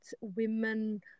women